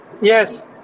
Yes